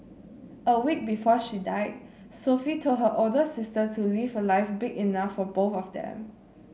a week before she died Sophie told her older sister to live a life big enough for both of them